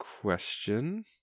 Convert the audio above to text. question